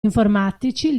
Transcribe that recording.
informatici